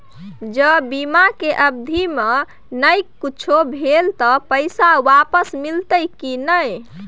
ज बीमा के अवधि म नय कुछो भेल त पैसा वापस मिलते की नय?